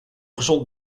gezond